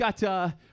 got